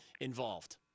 involved